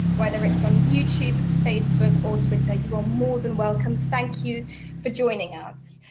whether it's on youtube, facebook, or twitter, you are more than welcome, thank you for joining us.